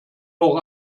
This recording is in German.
auch